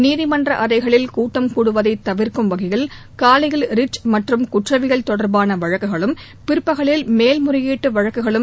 நீதிமன்ற அறைகளில் கூட்டம் கூடுவதை தவிர்க்கும் வகையில் காலையில் ரிட் மற்றும் குற்றவியல் தொடர்பான வழக்குகளும் பிற்பகலில் மேல் முறையீட்டு வழக்குகளும்